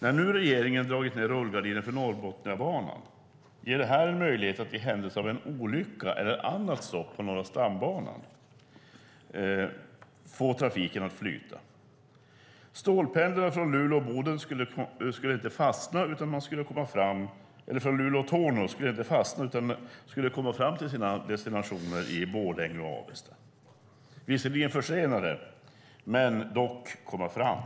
När nu regeringen har dragit ner rullgardinen för Norrbotniabanan ger detta en möjlighet att i händelse av en olycka eller annat stopp på Norra stambanan få trafiken att flyta. Stålpendlarna från Luleå och Torneå skulle inte fastna, utan de skulle komma fram till sina destinationer i Borlänge och Avesta, visserligen försenade men dock komma fram.